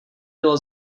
bylo